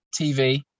tv